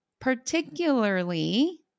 particularly